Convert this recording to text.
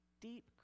deep